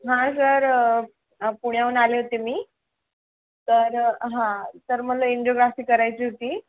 हां सर पुण्याहून आले होते मी तर हां तर मला एन्डिओग्राफी करायची होती